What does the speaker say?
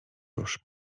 już